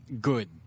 good